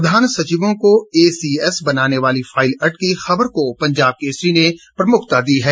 प्रधान सचिवों को एसीएस बनाने वाली फाईल अटकी खबर को पंजाब केसरी ने प्रमुखता दी है